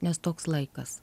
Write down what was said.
nes toks laikas